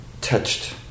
touched